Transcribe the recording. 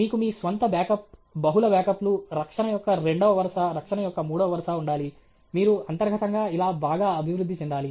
మీకు మీ స్వంత బ్యాకప్ బహుళ బ్యాకప్లు రక్షణ యొక్క రెండవ వరుస రక్షణ యొక్క మూడవ వరుస ఉండాలి మీరు అంతర్గతంగా ఇలా బాగా అభివృద్ధి చెందాలి